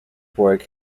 work